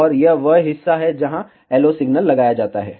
और यह वह हिस्सा है जहां LO सिग्नल लगाया जाता है